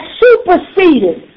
superseded